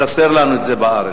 זה חסר לנו בארץ.